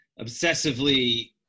obsessively